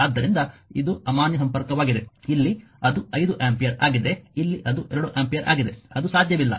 ಆದ್ದರಿಂದ ಇದು ಅಮಾನ್ಯ ಸಂಪರ್ಕವಾಗಿದೆ ಇಲ್ಲಿ ಅದು 5 ಆಂಪಿಯರ್ ಆಗಿದೆ ಇಲ್ಲಿ ಅದು 2 ಆಂಪಿಯರ್ ಆಗಿದೆ ಅದು ಸಾಧ್ಯವಿಲ್ಲ